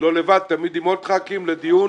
לא לבד, תמיד עם עוד חברי כנסת לדיון